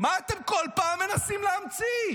מה אתם כל פעם מנסים להמציא?